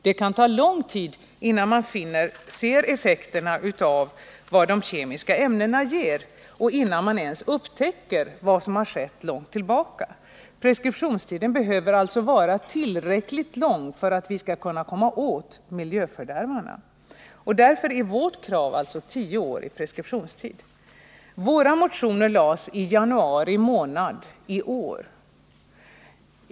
Det kan ta lång tid innan man ser effekterna av de kemiska ämnena och innan man ens upptäcker vad som har skett långt tillbaka. Preskriptionstiden behöver vara tillräckligt lång för att vi skall komma åt miljöfördärvarna, och därför är vårt krav tio års preskriptionstid. Våra motioner väcktes i januari i år.